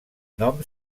nom